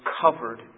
covered